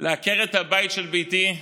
לעקרת הבית של ביתי,